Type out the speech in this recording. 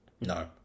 no